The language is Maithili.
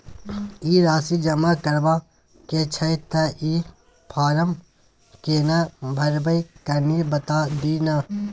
ई राशि जमा करबा के छै त ई फारम केना भरबै, कनी बता दिय न?